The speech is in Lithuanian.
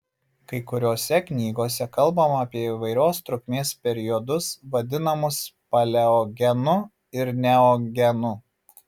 kai kuriose knygose kalbama apie įvairios trukmės periodus vadinamus paleogenu ir neogenu